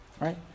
right